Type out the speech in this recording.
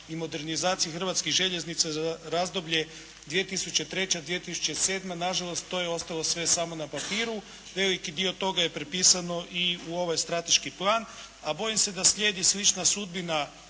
i modernizacije Hrvatskih željeznica za razdoblje 2003.-2007. Nažalost to je ostalo sve samo na papiru. Veliki dio toga je prepisano i u ovaj strateški plan. A bojim se da slijedi slična sudbina